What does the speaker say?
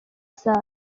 safi